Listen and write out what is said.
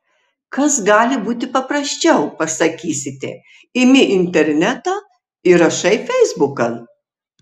kas gali būti paprasčiau pasakysite imi internetą ir rašai feisbukan